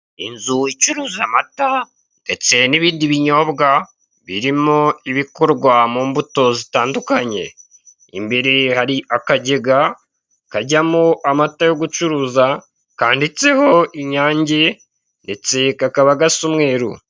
Inzu icuruza amata ndetse n'ibindi binyobwa birimo ibikorwa mu mbuto zitandukanye. Imbere hari akagega kajyamo amata yo gucuruza, kanditseho inyange, ndetse kakaba gasa umweru.